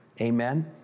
Amen